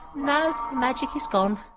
now magic is gone.